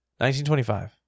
1925